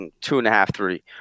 two-and-a-half-three